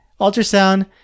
Ultrasound